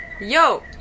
yo